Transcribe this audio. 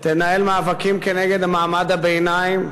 תנהל מאבקים נגד מעמד הביניים,